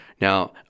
Now